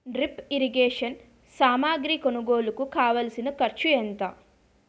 drip irrigation సామాగ్రి కొనుగోలుకు కావాల్సిన ఖర్చు ఎంత